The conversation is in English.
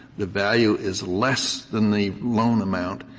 the value is less than the loan amount,